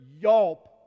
yelp